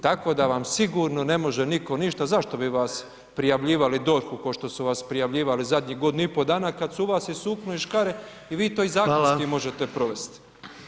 Tako da vam sigurno ne može nitko ništa, zašto bi vas prijavljivali DORH-u ko što su vas prijavljivali zadnjih godinu i po dana kad su u vas i sukno i škare i vi to [[Upadica: Hvala.]] i zakonski možete provesti.